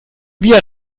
via